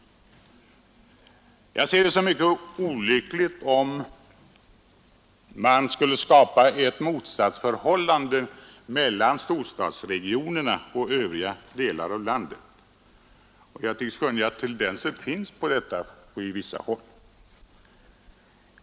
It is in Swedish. Jag ser det som mycket olyckligt, om man skulle skapa ett motsatsförhållande mellan storstadsregionerna och övriga delar av landet. Jag tycker mig skönja att tendenser till detta finns på vissa håll.